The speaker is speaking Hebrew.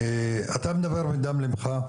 אתה מדבר מדם ליבך,